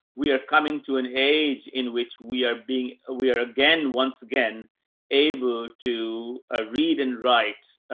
we are coming to an age in which we are being, we are again, once again able to, ah, read and write,